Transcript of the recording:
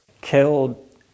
killed